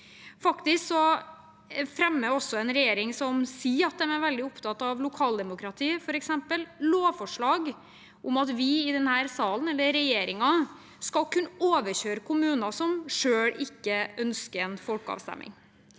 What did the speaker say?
Faktisk fremmer også en regjering som sier at den er veldig opptatt av lokaldemokratiet, lovforslag om at vi i denne salen eller regjeringen skal kunne overkjøre kommuner som selv ikke ønsker en folkeavstemning.